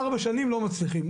ארבע שנים לא מצליחים.